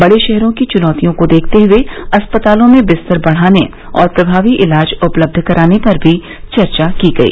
बड़े शहरों की चुनौतियों को देखते हुए अस्पतालों में बिस्तर बढाने और प्रमावी इलाज उपलब्ध कराने पर भी चर्चा की गई